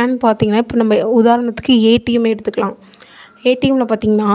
ஏன்னு பார்த்தீங்கன்னா உதாரணத்துக்கு ஏடிஎம்மை எடுத்துக்கலாம் ஏடிஎம்மில் பார்த்தீங்கன்னா